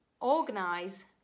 organize